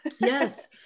Yes